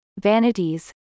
vanities